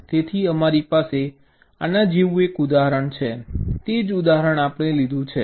તેથી તમારી પાસે આના જેવું ઉદાહરણ છે તે જ ઉદાહરણ આપણે લીધું છે